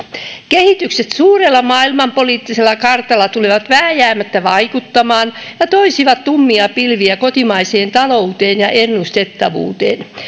kehitykset suurella maailmanpoliittisella kartalla tulevat vääjäämättä vaikuttamaan ja toisivat tummia pilviä kotimaiseen talouteen ja ennustettavuuteen